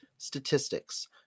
Statistics